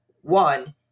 One